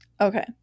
Okay